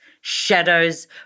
shadows